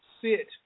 sit